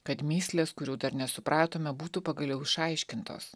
kad mįslės kurių dar nesupratome būtų pagaliau išaiškintos